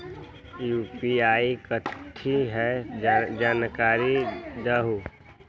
UPI कथी है? जानकारी दहु